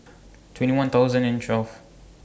twenty one thousand and twelve